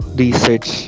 research